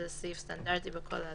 יש אנשים שהתקינו את המסנן,